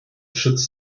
schutz